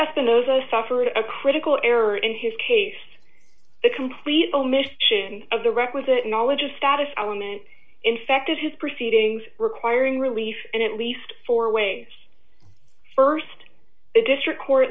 espinosa suffered a critical error in his case the complete omission of the requisite knowledge of status element infected his proceedings requiring relief and at least four ways st the district court